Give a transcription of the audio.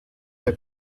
der